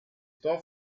das